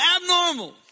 Abnormal